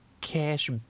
cash